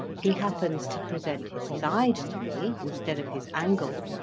he happens to present his side to me instead of his angle,